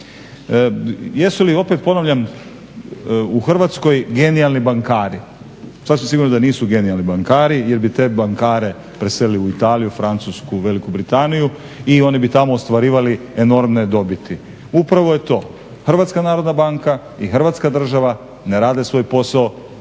Jesu li, opet ponavljam, u Hrvatskoj genijalni bankari? Sasvim sigurno da nisu genijalni bankari jer bi te bankare preselili u Italiju, Francusku, Veliku Britaniju i oni bi tamo ostvarivali enormne dobiti. Upravo je to HNB i Hrvatska država ne rade svoj posao,